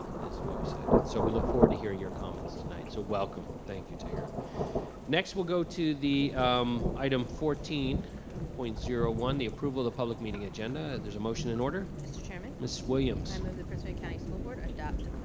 is what we said, and so, we look forward to hearing your comments tonight. so, welcome, thank you, tahera. next, we'll go to the um item fourteen point zero one, the approval of the public meeting agenda, there's a motion in order. mr. chairman? ms. williams. i move that prince william and county school board adopt,